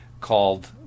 called